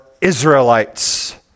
Israelites